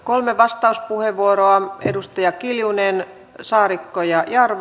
kolme vastauspuheenvuoroa edustajat kiljunen saarikko ja jarva